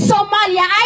Somalia